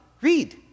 Read